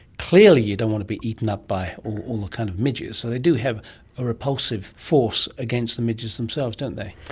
clearly you don't want to be eaten up by all the kind of midges, so they do have a repulsive force against the midges themselves, don't they.